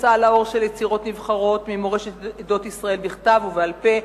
הוצאה לאור של יצירות נבחרות ממורשת עדות ישראל בכתב ובעל-פה,